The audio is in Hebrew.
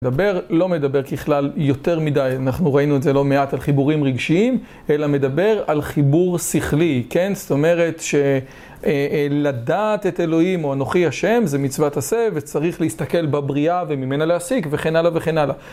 מדבר לא מדבר ככלל יותר מדי, אנחנו ראינו את זה לא מעט על חיבורים רגשיים, אלא מדבר על חיבור שכלי, כן? זאת אומרת שלדעת את אלוהים או אנוכי ה' זה מצוות עשה וצריך להסתכל בבריאה וממנה להסיק וכן הלאה וכן הלאה.